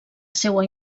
seua